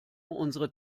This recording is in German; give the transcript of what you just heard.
unsere